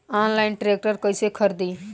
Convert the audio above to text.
Online tractor कैसे खरदी?